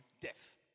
death